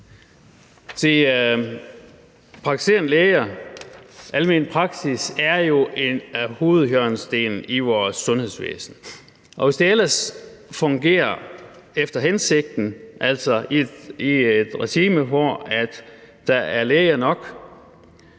almen praksis er jo en hovedhjørnesten i vores sundhedsvæsen. Og hvis det ellers fungerer efter hensigten, altså i et regime, hvor der er læger nok,